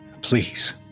Please